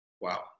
Wow